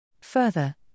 Further